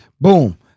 Boom